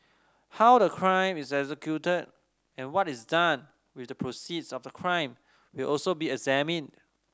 how the crime is executed and what is done with the proceeds of the crime will also be examined